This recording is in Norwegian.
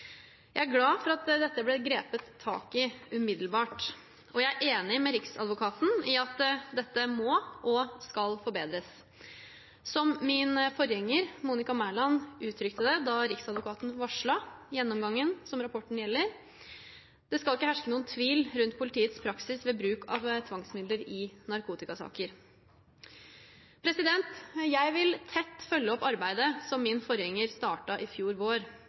Jeg er glad for at dette ble grepet tak i umiddelbart, og jeg er enig med riksadvokaten i at dette må og skal forbedres. Som min forgjenger Monica Mæland uttrykte det da riksadvokaten varslet gjennomgangen som rapporten gjelder: «Det skal ikke herske noen tvil rundt politiets praksis ved bruk av tvangsmidler i narkotikasaker.» Jeg vil tett følge opp arbeidet som min forgjenger startet i fjor vår.